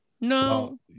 no